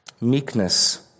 meekness